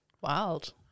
Wild